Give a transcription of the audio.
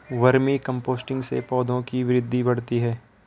vermi composting से पौधों की वृद्धि बढ़ती है